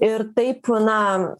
ir taip na